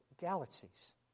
galaxies